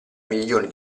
milioni